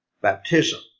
baptism